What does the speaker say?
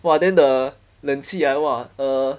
!wah! then the 冷气 I know ah err